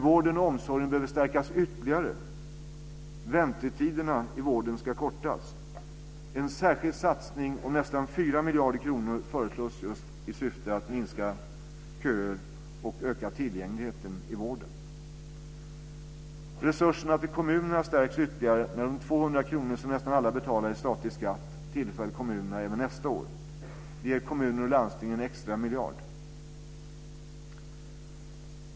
Vården och omsorgen behöver stärkas ytterligare. Väntetiderna i vården ska kortas. En särskild satsning på nästan 4 miljarder kronor föreslås just i syfte att minska köer och öka tillgängligheten i vården. Resurserna till kommunerna stärks ytterligare när de 200 kr som nästan alla betalar i statlig skatt tillfaller kommunerna även nästa år. Det ger kommuner och landsting en extra miljard.